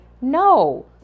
no